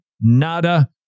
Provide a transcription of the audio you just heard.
nada